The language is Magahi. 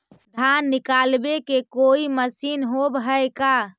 धान निकालबे के कोई मशीन होब है का?